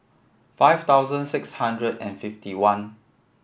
five thousand six hundred and fifty one